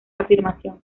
afirmación